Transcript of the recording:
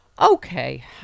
Okay